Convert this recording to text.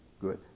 good